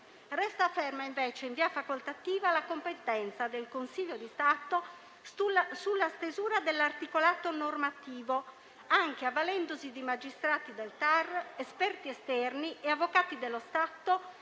Resta ferma invece, in via facoltativa, la competenza del Consiglio di Stato sulla stesura dell'articolato normativo, anche avvalendosi di magistrati del TAR, esperti esterni e avvocati dello Stato